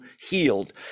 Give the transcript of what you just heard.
healed